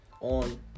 on